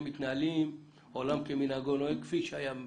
מתנהלים עולם כמנהגו נוהג כפי שהיה בעבר?